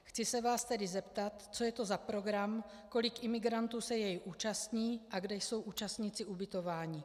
Chci se vás tedy zeptat, co je to za program, kolik imigrantů se jej účastní a kde jsou účastníci ubytováni.